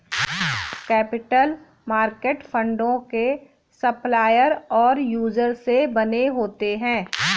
capital market फंडों के supplier और यूजर से बने होते हैं